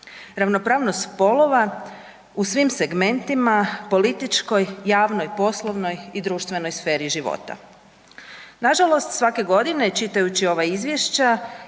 Ravnopravnost spolova u svim segmentima političkoj, javnoj, poslovnoj i društvenoj sferi života. Nažalost svake godine čitajući ova izvješća,